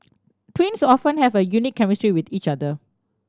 twins often have a unique chemistry with each other